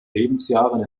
lebensjahren